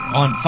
on